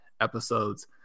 episodes